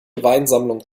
weinsammlung